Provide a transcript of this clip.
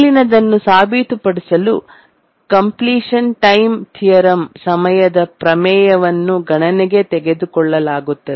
ಮೇಲಿನದನ್ನು ಸಾಬೀತುಪಡಿಸಲು completion time theorem ಸಮಯದ ಪ್ರಮೇಯವನ್ನು ಗಣನೆಗೆ ತೆಗೆದುಕೊಳ್ಳಲಾಗುತ್ತದೆ